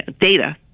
data